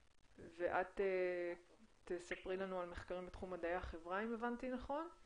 את תספרי לנו על מחקרים בתחום מדעי החברה אם הבנתי נכון?